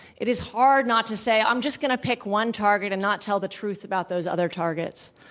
it is hard not to say, i'm just going to pick one target and not tell the truth about those other targets,